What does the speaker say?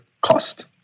cost